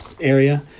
area